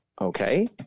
okay